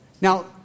Now